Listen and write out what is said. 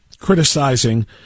criticizing